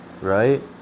Right